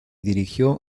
dirigió